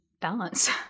balance